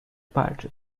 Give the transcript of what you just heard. party